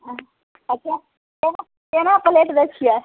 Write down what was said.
अच्छा केना केना प्लेट दय छियै